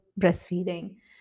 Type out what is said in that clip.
breastfeeding